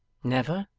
never,